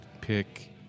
pick